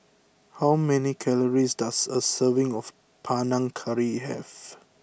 how many calories does a serving of Panang Curry have